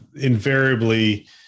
invariably